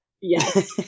Yes